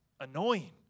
annoying